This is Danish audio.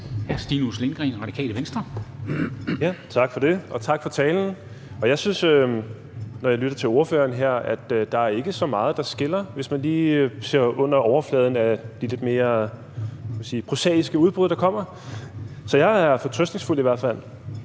13:38 Stinus Lindgreen (RV): Tak for det, og tak for talen. Jeg synes, når jeg lytter til ordføreren her, at der ikke er så meget, der skiller, hvis man lige ser under overfladen af de lidt mere, hvad kan man sige, prosaiske udbrud, der kommer. Så jeg er i hvert fald